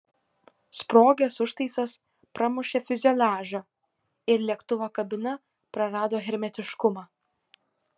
sprogęs užtaisas pramušė fiuzeliažą ir lėktuvo kabina prarado hermetiškumą